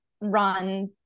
run